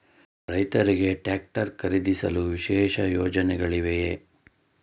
ರೈತರಿಗೆ ಟ್ರಾಕ್ಟರ್ ಖರೀದಿಸಲು ವಿಶೇಷ ಯೋಜನೆಗಳಿವೆಯೇ?